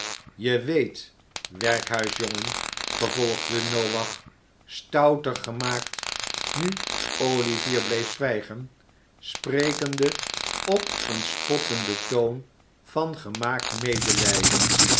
je weet werkhuisjongen vervolgde noach stouter gemaakt nu olivier bleef zwijgen sprekende op een spottenden toon van gemaakt medelijden